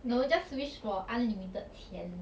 no just wish for unlimited 钱